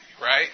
right